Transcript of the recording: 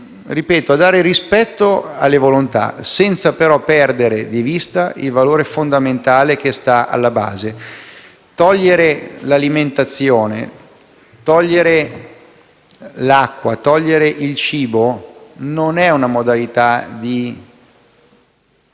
mirano a dare rispetto alle volontà, senza però perdere di vista il valore fondamentale che sta alla base. Togliere l'alimentazione, l'acqua, il cibo non è un modo per